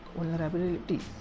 vulnerabilities